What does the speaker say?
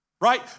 right